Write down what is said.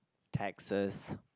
Texas